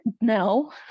no